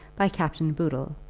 by captain boodle,